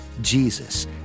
Jesus